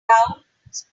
doubts